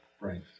Right